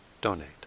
donate